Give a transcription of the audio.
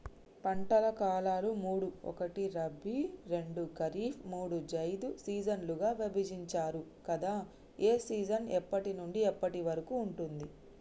పంటల కాలాలు మూడు ఒకటి రబీ రెండు ఖరీఫ్ మూడు జైద్ సీజన్లుగా విభజించారు కదా ఏ సీజన్ ఎప్పటి నుండి ఎప్పటి వరకు ఉంటుంది?